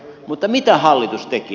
mutta mitä hallitus teki